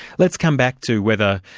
let's come back to whether